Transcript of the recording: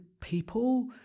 people